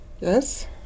Yes